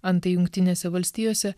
antai jungtinėse valstijose